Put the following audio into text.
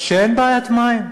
שאין בעיית מים.